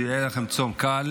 שיהיה לכם צום קל.